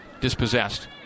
Dispossessed